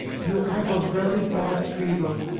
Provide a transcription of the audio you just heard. you have a very bad fever.